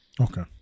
Okay